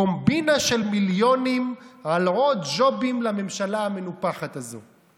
קומבינה של מיליונים על עוד ג'ובים לממשלה המנופחת הזו",